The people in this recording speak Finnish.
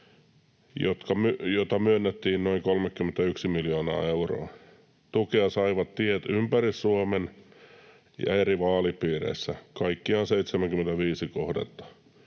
joihin myönnettiin noin 31 miljoonaa euroa. Tukea saivat tiet ympäri Suomen ja eri vaalipiireissä, kaikkiaan 75 kohdetta.